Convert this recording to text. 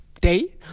day